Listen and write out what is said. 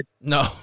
No